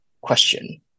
question